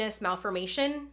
malformation